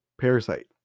Parasite